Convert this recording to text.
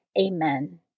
Amen